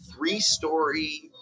three-story